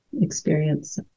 experience